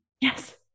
Yes